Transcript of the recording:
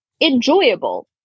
enjoyable